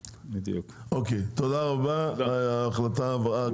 אוקיי תודה רבה ההחלטה עברה,